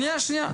שניה.